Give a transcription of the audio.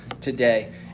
today